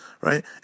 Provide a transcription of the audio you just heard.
right